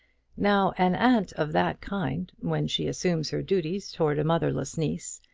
now an aunt of that kind, when she assumes her duties towards a motherless niece,